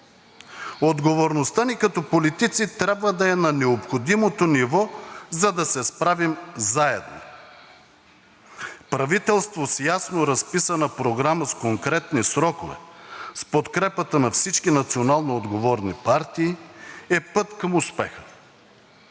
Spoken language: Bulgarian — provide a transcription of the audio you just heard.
Отговорността ни като политици трябва да е на необходимото ниво, за да се справим заедно. Правителство с ясно разписана програма, с конкретни срокове, с подкрепата на всички националноотговорни партии е път към успеха.